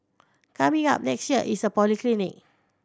coming up next year is a polyclinic